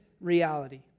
reality